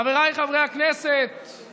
חבריי חברי הכנסת מאגודת ישראל,